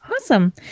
awesome